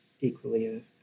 equally